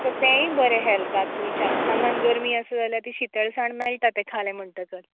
so तेय बरें हेल्थाक तुमच्या आंगान गर्मी आसा जाल्यार ती शितळसाण मेळटा ते खालें म्हणटकच